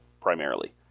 primarily